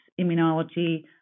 immunology